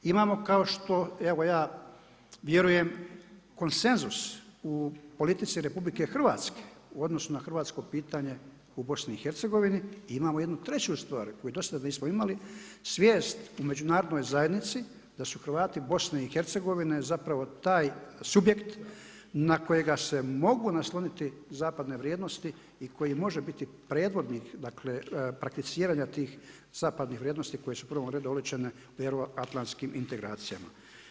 Imamo kao što, evo ja vjerujem, konsenzus u politici RH u odnosu na hrvatskom pitanje u BiH-u i imamo jednu treću stvar koju dosad nismo imali, svijest u međunarodnoj zajednici da su Hrvati BiH-a zapravo taj subjekt na kojega se mogu naslonit zapadne vrijednosti i koji može biti predvodnik prakticiranja tih zapadnih vrijednosti koje su u prvom redu oličene euroatlantskim integracijama.